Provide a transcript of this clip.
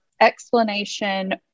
explanation